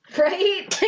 Right